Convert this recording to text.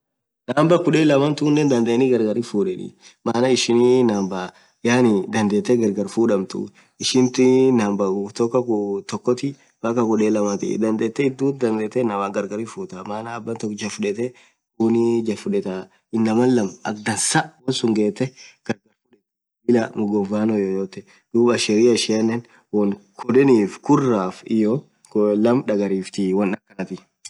Number kudheni lamma tunen dhadheni gargar hinfudheni maana ishinii number yaani dhandhethe gargar fudhamtu ishintin number tokkotin mpka Kudheni lamma tii dhandhethe idhuuthi dandhethe inamaa gargar futhaaa maan Abha tokk jaaa fudhetha kuuunii jaaa fudhetha inamaa lamma akha dhansaa wonn sunn gheth gargar fudhetha bilaa ughobano yoyote dhub ashiria ishianen won kudhenif khuraf iyoo lamaa dhagariftii won akasi